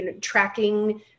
tracking